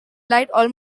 light